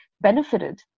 benefited